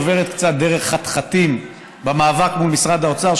עוברת קצת דרך חתחתים במאבק מול משרד האוצר,